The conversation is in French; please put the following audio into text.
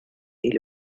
est